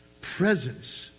presence